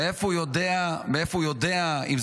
הכול הייעוץ המשפטי לממשלה.